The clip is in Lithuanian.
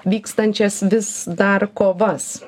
vykstančias vis dar kovas